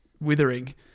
withering